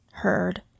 heard